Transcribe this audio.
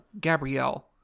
Gabrielle